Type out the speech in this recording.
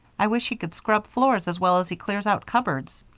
i wish he could scrub floors as well as he clears out cupboards.